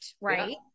right